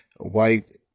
White